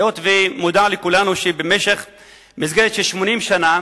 ידוע לכולנו שבמסגרת של 80 שנה